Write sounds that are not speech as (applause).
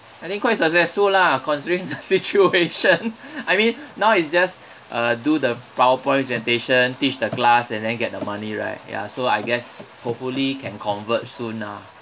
I think quite successful lah considering the situation (laughs) I mean now it's just uh do the powerpoint presentation teach the class and then get the money right ya so I guess hopefully can convert soon ah